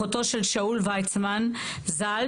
אחותו של שאול ויצמן ז"ל,